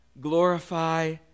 glorify